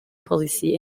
policy